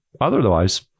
Otherwise